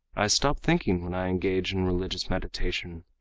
i stop thinking when i engage in religious meditation.